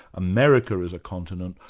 america is a continent,